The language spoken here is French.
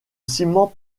ciment